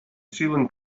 ceiling